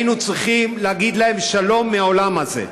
היינו צריכים להגיד להם שלום מהעולם הזה.